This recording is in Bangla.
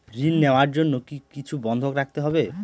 ঋণ নেওয়ার জন্য কি কিছু বন্ধক রাখতে হবে?